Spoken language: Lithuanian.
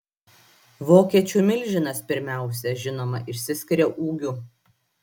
vokiečių milžinas pirmiausia žinoma išsiskiria ūgiu